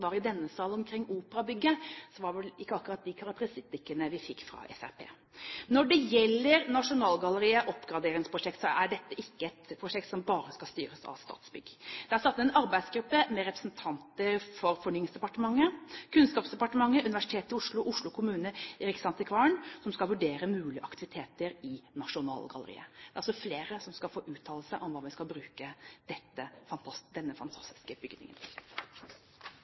var i denne sal omkring operabygget, var det vel ikke akkurat de karakteristikkene vi fikk fra Fremskrittspartiet. Når det gjelder Nasjonalgalleriet og oppgraderingsprosjektet, er dette ikke et prosjekt som bare skal styres av Statsbygg. Det er satt ned en arbeidsgruppe med representanter fra Fornyingsdepartementet, Kunnskapsdepartementet, Universitetet i Oslo, Oslo kommune og riksantikvaren som skal vurdere mulige aktiviteter i Nasjonalgalleriet. Det er altså flere som skal få uttale seg om hva vi skal bruke denne fantastiske bygningen til.